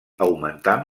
augmentant